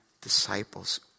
disciples